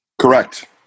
Correct